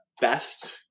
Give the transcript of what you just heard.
best